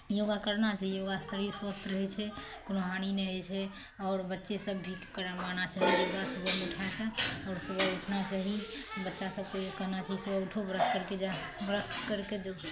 योगा करना चाही योगासँ शरीर स्वस्थ रहै छै कोनो हानि नहि होइ छै आओर बच्चे सब से भी करवाना चाही योगा सुबहमे उठा कऽ आओर सुबह उठना चाही आओर बच्चा सबके कहना चाही सुबह उठो ब्रश करके जा ब्रश करके जो